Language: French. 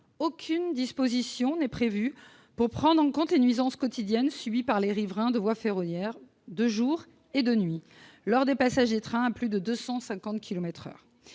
Aucune disposition n'est prévue pour prendre en compte les nuisances quotidiennes subies par les riverains de voies ferroviaires, de jour et de nuit, lors des passages des trains à plus de 250 kilomètres